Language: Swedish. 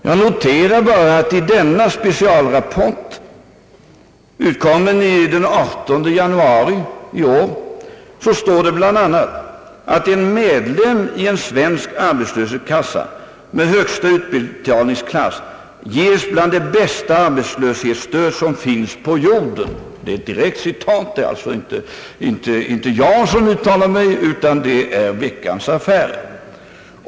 Jag noterar bara att det i denna specialrapport, som utkom den 18 januari i år, bl.a. står att en medlem i en svensk arbetslöshetskassa med högsta utbetalningsklass ges bland det bästa arbetslöshetsstöd som finns på jorden. Detta är ett direkt citat, det är inte jag som uttalar mig utan det är Veckans affärer.